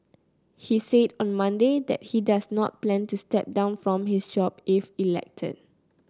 he said on Monday that he does not plan to step down from his job if elected